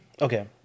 Okay